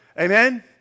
Amen